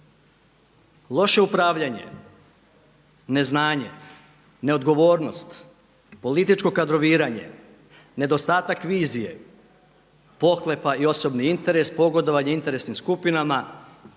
Loše upravljanje, neznanje, neodgovornost, političko kadroviranje, nedostatak vizije, pohlepa i osobni interes, pogodovanje interesnim skupinama,